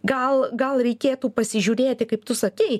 gal gal reikėtų pasižiūrėti kaip tu sakei